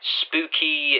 spooky